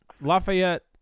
Lafayette